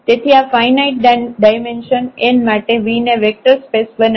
તેથી આ finite dimension n માટે V ને વેક્ટર સ્પેસ બનાવીએ